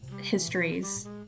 histories